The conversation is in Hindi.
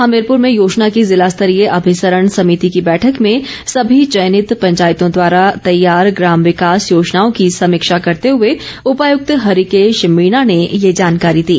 हमीरपुर में योजना की ज़िलास्तरीय अभिसरण समिति की बैठक में सभी चयनित पंचायतों द्वारा तैयार ग्राम विकास योजनाओं की समीक्षा करते हुए उपायुक्त हरिकेश मीणा ने ये जानकारी दी